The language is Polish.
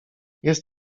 jest